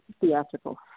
theatrical